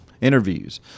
interviews